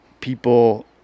people